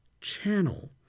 channel